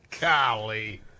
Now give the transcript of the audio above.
golly